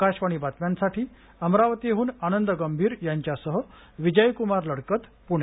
आकाशवाणी बातम्यांसाठी अमरावतीह्न आनंद गंभीर यांच्यासह विजयक्मार लडकत प्णे